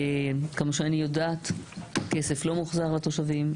עד כמה שאני יודעת הכסף לא מוחזר לתושבים.